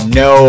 no